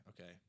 okay